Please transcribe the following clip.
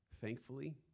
Thankfully